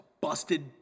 busted